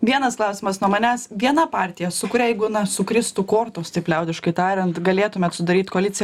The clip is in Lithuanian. vienas klausimas nuo manęs viena partija su kuria jeigu sukristų kortos taip liaudiškai tariant galėtumėt sudaryt koaliciją